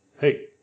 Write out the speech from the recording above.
hey